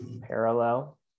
parallel